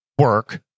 work